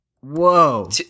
whoa